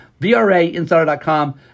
VRAinsider.com